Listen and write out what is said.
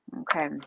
Okay